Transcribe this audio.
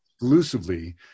exclusively